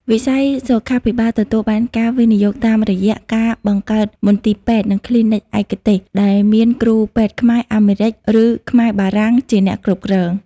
វិស័យសុខាភិបាលទទួលបានការវិនិយោគតាមរយៈការបង្កើតមន្ទីរពេទ្យ និងគ្លីនិកឯកទេស ដែលមានគ្រូពេទ្យខ្មែរ-អាមេរិក ឬខ្មែរ-បារាំង ជាអ្នកគ្រប់គ្រង។